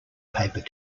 paper